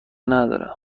ندارم